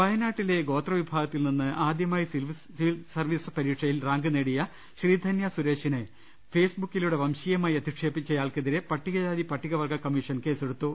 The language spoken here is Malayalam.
വയനാട്ടിലെ ഗോത്ര വിഭാഗത്തിൽ നിന്ന് ആദ്യമായി സിവിൽ സർവീസ് പരീക്ഷയിൽ റാങ്ക് നേടിയ ശ്രീധന്യ സുരേഷിനെ ഫേസ്ബുക്കിലൂടെ വംശീ യമായി അധിക്ഷേപിച്ചയാൾക്കെതിരെ പട്ടിക ജാതി പട്ടിക വർഗ കമ്മീ ഷൻ കേസെടുത്തു